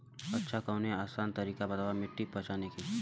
अच्छा कवनो आसान तरीका बतावा मिट्टी पहचाने की?